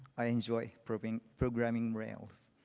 i enjoy programming programming rails.